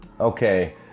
okay